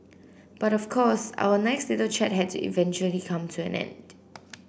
but of course our nice little chat had to eventually come to an end